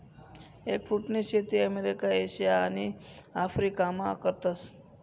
एगफ्रुटनी शेती America, Asia आणि आफरीकामा करतस